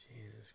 Jesus